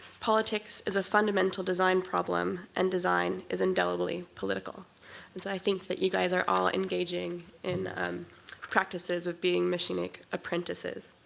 politics is a fundamental design problem, and design is indelibly political. and so i think that you guys are all engaging in practices of being machinic apprentices.